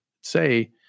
say